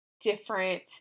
different